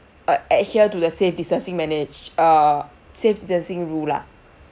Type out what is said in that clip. uh adhere to the safe distancing manage uh safe distancing rule lah